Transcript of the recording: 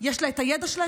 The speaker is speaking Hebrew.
יש את הידע שלה,